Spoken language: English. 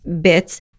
bits